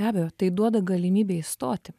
be abejo tai duoda galimybę įstoti